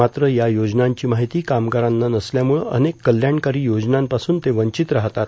मात्र या योजनांची माहिती कामगारांना नसल्यामुळं अनेक कल्याणकारी योजनांपासून ते वंचित राहतात